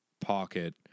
pocket